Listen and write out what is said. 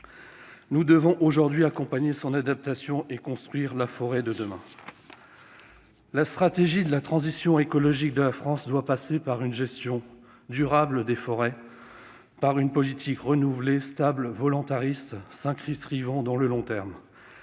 Nous devons aujourd'hui accompagner son adaptation et construire la forêt de demain. La stratégie de la transition écologique de la France doit passer par une gestion durable des forêts, par une politique renouvelée, stable et volontariste inscrite dans le long terme,